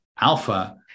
alpha